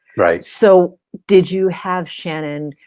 right. so did you have shannon,